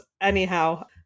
Anyhow